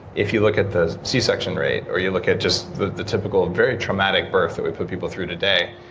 if you look at the c section rate, or you look at just the the typical very traumatic birth that we put people through today.